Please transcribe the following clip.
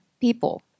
people